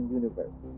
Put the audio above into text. universe